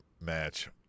match